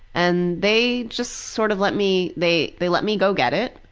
and they just sort of let me, they they let me go get it.